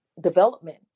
development